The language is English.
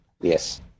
Yes